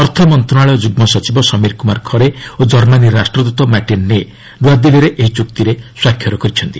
ଅର୍ଥ ମନ୍ତ୍ରଣାଳୟ ଯୁଗ୍ମ ସଚିବ ସମୀର କୁମାର ଖରେ ଓ ଜର୍ମାନୀ ରାଷ୍ଟ୍ରଦୃତ ମାର୍ଟିନ୍ ନେ ନୂଆଦିଲ୍ଲୀରେ ଏହି ଚୁକ୍ତିରେ ସ୍ୱାକ୍ଷର କରିଛନ୍ତି